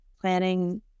planning